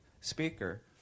speaker